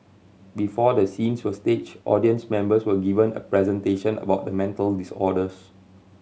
before the scenes were staged audience members were given a presentation about the mental disorders